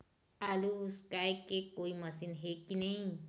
आलू उसकाय के कोई मशीन हे कि नी?